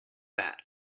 that